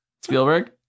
Spielberg